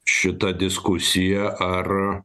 šita diskusija ar